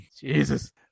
Jesus